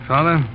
Father